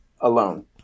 alone